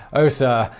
oh sir,